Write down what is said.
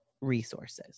resources